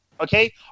okay